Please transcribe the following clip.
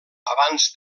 abans